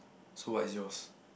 so what is yours